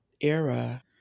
era